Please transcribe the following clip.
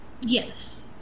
Yes